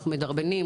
אנחנו מדרבנים,